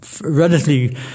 relatively